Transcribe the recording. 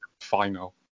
final